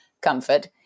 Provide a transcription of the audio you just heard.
comfort